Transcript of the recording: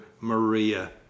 maria